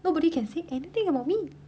nobody can say anything about me